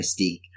Mystique